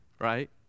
right